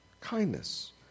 kindness